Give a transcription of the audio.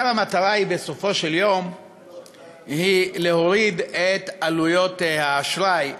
המטרה בסופו של יום היא להוריד את עלויות האשראי במשק.